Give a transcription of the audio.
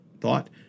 thought